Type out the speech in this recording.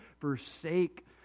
forsake